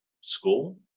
school